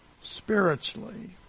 spiritually